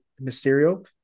Mysterio